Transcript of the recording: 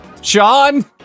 Sean